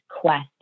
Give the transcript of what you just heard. quest